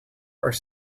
are